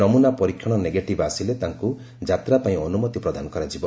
ନମୁନା ପରୀକ୍ଷଣ ନେଗେଟିଭ୍ ଆସିଲେ ତାଙ୍କୁ ଯାତ୍ରାପାଇଁ ଅନୁମତି ପ୍ରଦାନ କରାଯିବ